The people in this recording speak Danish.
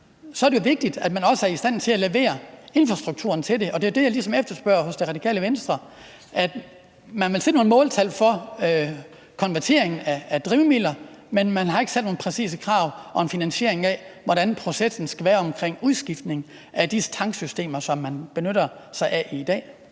så er det jo vigtigt, at man også er i stand til at levere infrastrukturen til det. Og det er jo det, jeg ligesom efterspørger hos Det Radikale Venstre. Altså, man vil sætte nogle måltal for konverteringen af drivmidler, men man har ikke sat nogle præcise krav om finansieringen af, hvordan processen skal være omkring udskiftning af de tanksystemer, som man benytter sig af i dag.